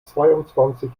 zweiundzwanzig